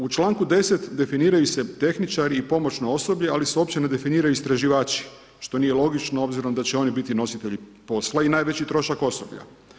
U članku 10. definiraju se tehničari i pomoćno osoblje, ali se uopće ne definiraju istraživači što nije logično obzirom da će biti nositelji posla i najveći trošak osoblja.